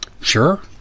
Sure